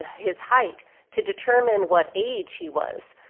his height to determine what age he was,